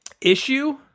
issue